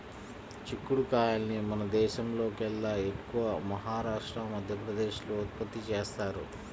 చిక్కుడు కాయల్ని మన దేశంలోకెల్లా ఎక్కువగా మహారాష్ట్ర, మధ్యప్రదేశ్ లో ఉత్పత్తి చేత్తారు